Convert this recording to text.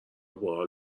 باحال